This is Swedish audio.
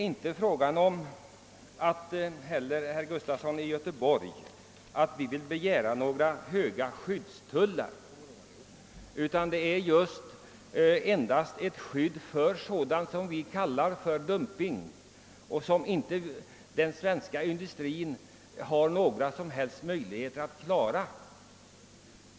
Inte heller, herr Gustafson i Göteborg, vill vi begära några höga skyddstullar utan endast ett skydd mot sådant vi kallar dumping och som den svenska industrin inte har några som helst möjligheter att möta.